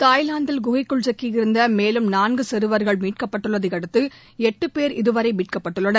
தாய்வாந்தில் குகைக்குள் சிக்கியிருந்த மேலும் நான்கு சிறுவா்கள் மீட்கப்பட்டுள்ளதை அடுத்து எட்டு பேர் இதுவரை மீட்கப்பட்டுள்ளனர்